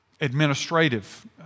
administrative